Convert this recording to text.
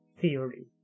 theory